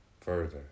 Further